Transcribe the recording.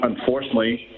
unfortunately